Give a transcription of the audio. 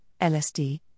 LSD